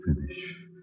finish